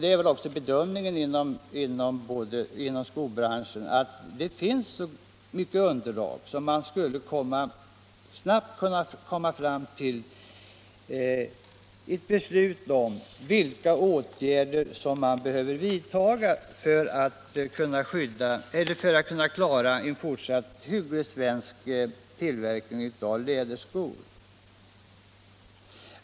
Det är väl också bedömningen inom skobranschen att det finns tillräckligt underlag för att man snabbt skall kunna komma fram till ett beslut om vilka åtgärder man behöver vidta för att klara en fortsatt hygglig svensk tillverkning av läderskor.